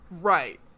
right